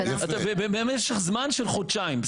במשך זמן של חודשיים.